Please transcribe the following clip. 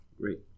Great